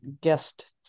guest